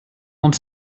ond